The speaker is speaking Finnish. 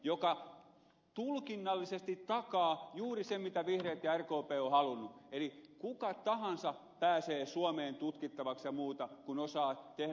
tämä tulkinnallisesti takaa juuri sen mitä vihreät ja rkp ovat halunneet eli kuka tahansa pääsee suomeen tutkittavaksi ja muuta kun osaa tehdä